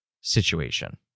situation